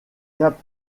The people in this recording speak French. cap